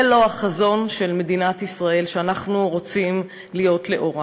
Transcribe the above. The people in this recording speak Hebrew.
זה לא החזון של מדינת ישראל שאנחנו רוצים להיות לאורו.